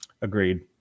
Agreed